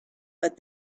but